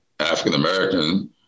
African-American